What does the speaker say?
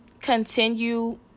continue